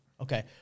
Okay